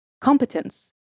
competence